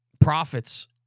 Profits